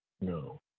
no